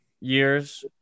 years